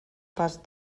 pas